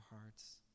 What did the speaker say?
hearts